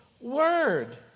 word